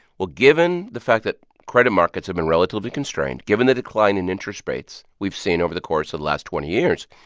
well, given the fact that credit markets have been relatively constrained, given the decline in interest rates we've seen over the course of the last twenty years,